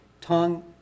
tongue